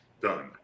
Done